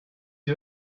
you